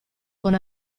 con